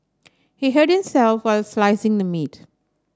he hurt himself while slicing the meat